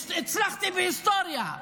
הצלחתי בהיסטוריה,